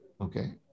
Okay